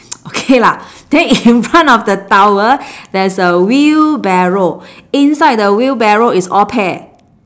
okay lah then in front of the towel there is a wheelbarrow inside the wheelbarrow is all pear